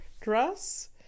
dress